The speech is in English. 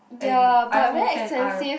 and iPhone ten R